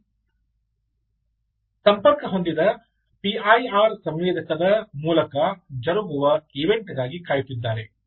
ಇದಕ್ಕೆ ಸಂಪರ್ಕ ಹೊಂದಿದ ಪಿ ಐ ಆರ್ ಸಂವೇದಕದ ಮೂಲಕ ಜರುಗುವ ಇವೆಂಟ್ ಗಾಗಿ ಕಾಯುತ್ತಿದ್ದಾರೆ